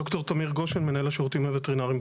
ד"ר תמיר גושן, מנהל השירותים הווטרינריים.